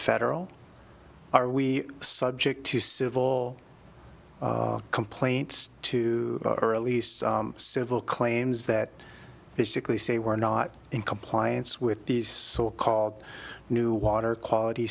federal are we subject to civil complaints too or at least civil claims that basically say we're not in compliance with these so called new water quality